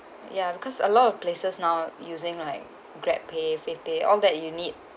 ya because a lot of places now using like Grabpay favepay all that you need